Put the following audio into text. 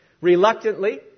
Reluctantly